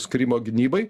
skyrimo gynybai